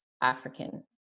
African